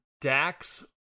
Dax